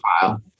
file